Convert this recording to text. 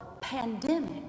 pandemic